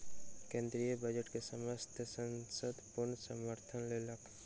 केंद्रीय बजट के समस्त संसद पूर्ण समर्थन केलक